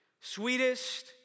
sweetest